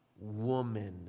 woman